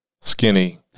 skinny